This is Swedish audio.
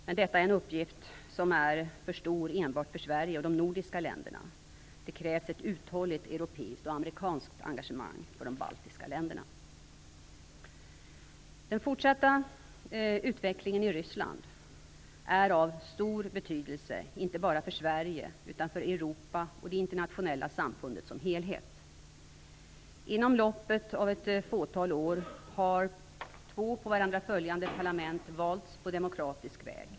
Men detta är en uppgift som är för stor för enbart Sverige eller de nordiska länderna. Det krävs ett uthålligt europeiskt och amerikanskt engagemang för de baltiska länderna. Den fortsatta utvecklingen i Ryssland är av stor betydelse inte bara för Sverige utan för Europa och det internationella samfundet som helhet. Inom loppet av ett fåtal år har två på varandra följande parlament valts på demokratisk väg.